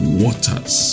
waters